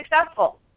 successful